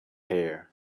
hair